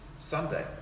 Sunday